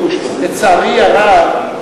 לצערי הרב,